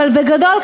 אבל בגדול,